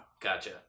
Gotcha